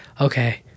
okay